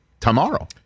tomorrow